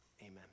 Amen